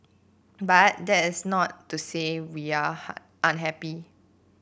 but that is not to say we are unhappy